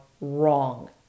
wrong